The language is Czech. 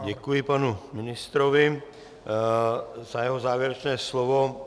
Děkuji panu ministrovi za jeho závěrečné slovo.